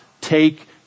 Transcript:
take